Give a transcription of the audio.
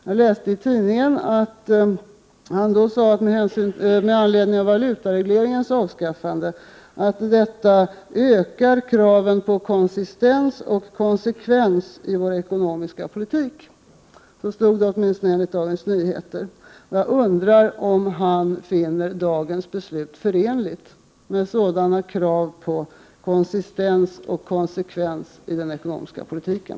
Jag läste i Dagens Nyheter att finansministern med anledning av valutaregleringens avskaffande sagt att detta ökar kraven på konsistens och konsekvens i vår ekonomiska politik. Jag undrar om han finner dagens beslut förenligt med kraven på konsistens och konsekvens i den ekonomiska politiken.